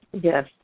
Yes